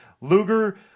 Luger